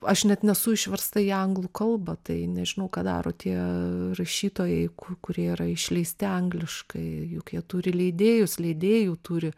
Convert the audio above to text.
aš net nesu išversta į anglų kalbą tai nežinau ką daro tie rašytojai kurie yra išleisti angliškai juk jie turi leidėjus leidėjų turi